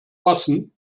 passen